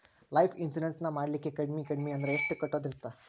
Life insurance ನ ಮಾಡ್ಲಿಕ್ಕೆ ಕಡ್ಮಿ ಕಡ್ಮಿ ಅಂದ್ರ ಎಷ್ಟ್ ಕಟ್ಟೊದಿರ್ತದ?